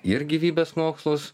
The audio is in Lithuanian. ir gyvybės mokslus